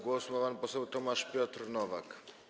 Głos ma pan poseł Tomasz Piotr Nowak.